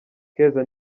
keza